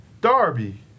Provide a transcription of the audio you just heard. Darby